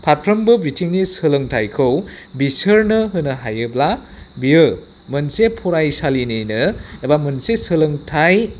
फारफ्रोमबो बिथिंनि सोलोंथाइखौ बिसोरनो होनो हायोब्ला बियो मोनसे फरायसालिनिनो एबा मोनसे सोलोंथाइनिनो